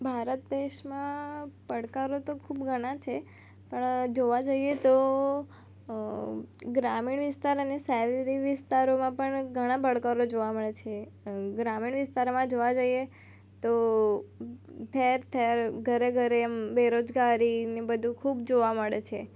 ભારત દેશમાં પડકારો તો ખૂબ ઘણા છે પણ જોવા જઈએ તો ગ્રામીણ વિસ્તાર અને શહેરી વિસ્તારોમાં પણ ઘણા પડકારો જોવા મળે છે ગ્રામીણ વિસ્તારોમાં જોવા જઈએ તો થેર થેર ઘરે ઘરે એમ બેરોજગારી ને બધું ખૂબ જોવા મળે છે